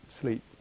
sleep